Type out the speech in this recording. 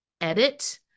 edit